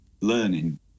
learning